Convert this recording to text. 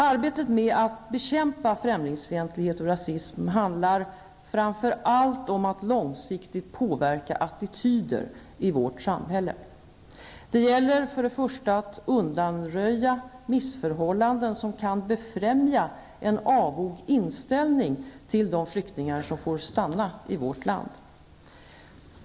Arbetet med att bekämpa främlingsfientlighet och rasism handlar framför allt om att långsiktigt påverka attityder i vårt samhälle. Det gäller först och främst att undanröja missförållanden som kan befrämja en avog inställning till de flyktingar som får stanna i vårt land.